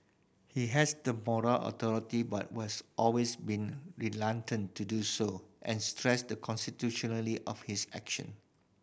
he has the moral authority but was always been reluctant to do so and stressed the constitutionality of his actions